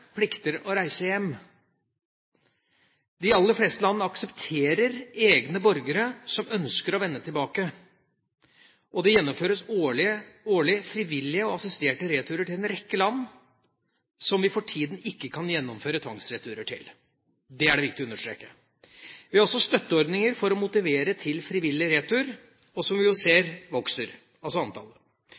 plikter å reise hjem. De aller fleste land aksepterer egne borgere som ønsker å vende tilbake, og det gjennomføres årlig frivillige og assisterte returer til en rekke land som vi for tida ikke kan gjennomføre tvangsreturer til. Det er det viktig å understreke. Vi har også støtteordninger for å motivere til frivillig retur, og vi ser at antallet vokser.